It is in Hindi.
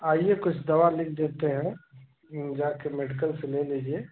आइए कुछ दवा लिख देते हैं जाकर मेडिकल से ले लीजिए